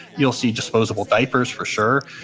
you'll see disposable diapers for sure.